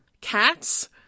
cats